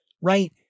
right